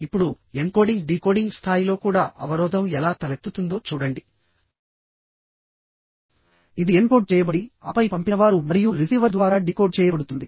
ఇప్పుడుఎన్కోడింగ్ decoding స్థాయిలో కూడా అవరోధం ఎలా తలెత్తుతుందో చూడండి ఇది ఎన్కోడ్ చేయబడిఆపై పంపినవారు మరియు రిసీవర్ ద్వారా డీకోడ్ చేయబడుతుంది